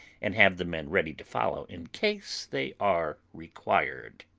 and have the men ready to follow in case they are required.